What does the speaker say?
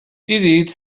دیدید